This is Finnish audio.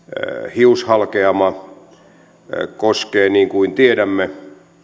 hiushalkeama koskee niin kuin tiedämme